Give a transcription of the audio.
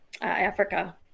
africa